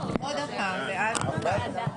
אישור הבקשה?